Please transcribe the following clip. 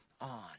on